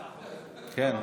כן.